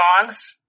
songs